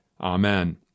Amen